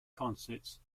concerts